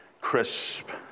crisp